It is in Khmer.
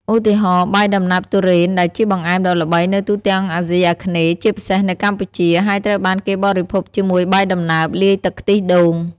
ឧទាហរណ៍ បាយដំណើបទុរេន ដែលជាបង្អែមដ៏ល្បីនៅទូទាំងអាស៊ីអាគ្នេយ៍ជាពិសេសនៅកម្ពុជា ហើយត្រូវបានគេបរិភោគជាមួយបាយដំណើបលាយទឹកខ្ទិះដូង។